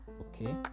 Okay